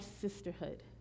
sisterhood